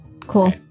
Cool